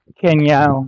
kenya